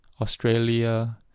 Australia